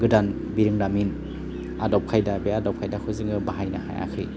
गोदान बिरोंदामिन आदब खायदा बे आदब खायदाखौ जोङो बाहायनो हायाखै